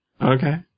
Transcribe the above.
Okay